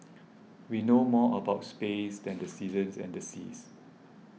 we know more about space than the seasons and the seas